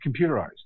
computerized